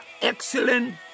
excellent